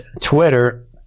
Twitter